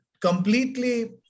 completely